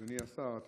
אדוני השר.